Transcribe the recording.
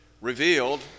revealed